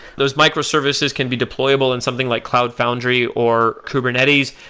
those microservices can be deployable in something like cloud foundry or kubernetes,